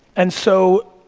and so,